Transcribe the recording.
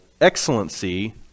excellency